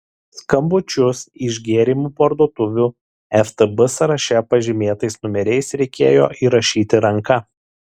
skambučius iš gėrimų parduotuvių ftb sąraše pažymėtais numeriais reikėjo įrašyti ranka